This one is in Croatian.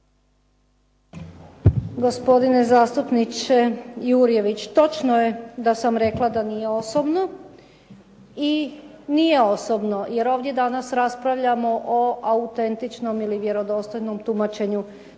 Gospodine zastupniče Jurjević, točno je da sam rekla da nije osobno i nije osobno, jer ovdje danas raspravljamo o autentičnom ili vjerodostojnom tumačenju